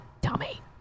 dummy